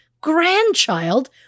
grandchild